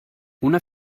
una